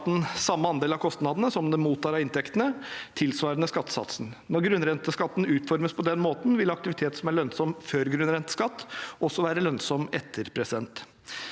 samme andel av kostnadene som den mottar av inntektene, tilsvarende skattesatsen. Når grunnrenteskatten utformes på den måten, vil aktivitet som er lønnsom før grunnrenteskatt, også være lønnsom etter.